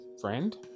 friend